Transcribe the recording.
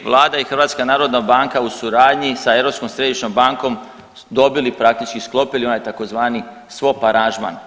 Vlada i HNB u suradnji sa Europskom središnjom bankom dobili praktički sklopiti onaj tzv. swap aranžman.